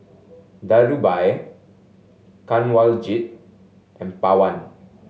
Dhirubhai Kanwaljit and Pawan